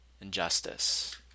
injustice